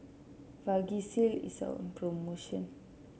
vagisil is on promotion